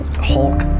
Hulk